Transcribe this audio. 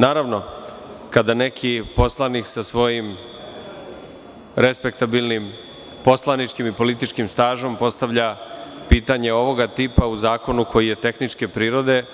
Naravno, kada neki poslanik sa svojim respektabilnim poslaničkim i političkim stažom postavlja pitanja ovoga tipa u zakonu koji je tehničke prirode,